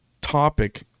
topic